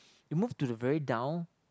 you move to the very down